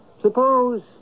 Suppose